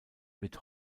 wird